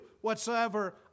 whatsoever